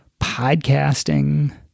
podcasting